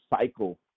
cycle